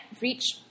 reach